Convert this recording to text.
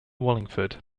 wallingford